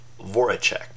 Voracek